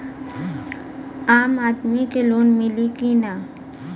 आम आदमी के लोन मिली कि ना?